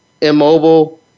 immobile